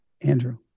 Andrew